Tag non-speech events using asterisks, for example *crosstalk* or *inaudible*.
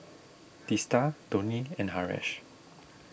*noise* Teesta Dhoni and Haresh